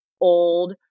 old